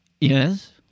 Yes